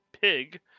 Pig